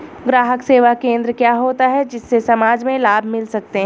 ग्राहक सेवा केंद्र क्या होता है जिससे समाज में लाभ मिल सके?